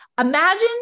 Imagine